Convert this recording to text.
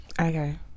okay